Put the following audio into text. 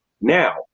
Now